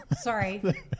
Sorry